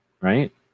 right